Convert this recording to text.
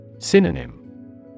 Synonym